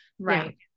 right